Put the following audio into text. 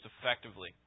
effectively